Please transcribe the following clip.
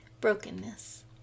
brokenness